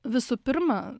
visų pirma